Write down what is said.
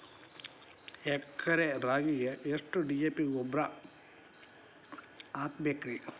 ಎಕರೆ ರಾಗಿಗೆ ಎಷ್ಟು ಡಿ.ಎ.ಪಿ ಗೊಬ್ರಾ ಹಾಕಬೇಕ್ರಿ?